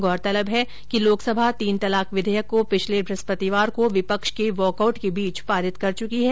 गोरतलब है कि लोकसभा तीन तलाक विधेयक को पिछले ब्रहस्पतिवार को विपक्ष के वॉक आउट के बीच पारित कर चुकी है